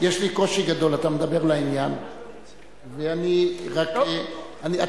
חבר הכנסת חנא סוייד, יש לי קושי גדול.